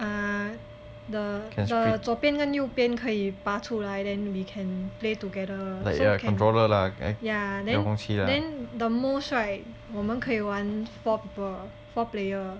ah the the 左边跟右边可以拔出来 then we can play together so can yeah then then the most right 我们可以玩 four people four player